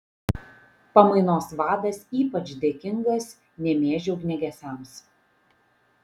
pamainos vadas ypač dėkingas nemėžio ugniagesiams